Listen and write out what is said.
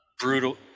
brutal